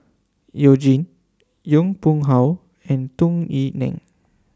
YOU Jin Yong Pung How and Tung Yue Nang